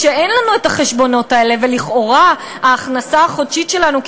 כשאין לנו את ההוצאות האלה ולכאורה ההכנסה החודשית שלנו,